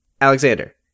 Alexander